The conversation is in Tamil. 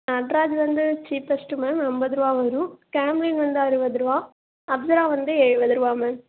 நட்ராஜ் வந்து சீப்பஸ்ட்டு மேம் அம்பதுரூவா வரும் கேம்லின் வந்து அறுவதுரூவா அப்ஸரா வந்து எழுவதுரூவா மேம்